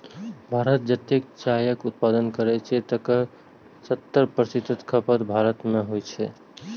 भारत जतेक चायक उत्पादन करै छै, तकर सत्तर फीसदी खपत भारते मे होइ छै